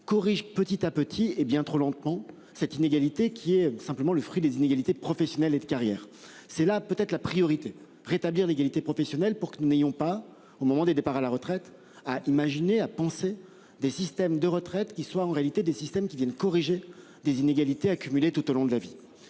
corrige petit à petit et bien trop lentement. Cette inégalité qui est simplement le fruit des inégalités professionnelles et de carrière, c'est là peut-être la priorité, rétablir l'égalité professionnelle pour que nous n'ayons pas au moment des départs à la retraite à imaginer à penser des systèmes de retraite qui soient en réalité des systèmes qui viennent corriger des inégalités accumulés tout au long de la vie.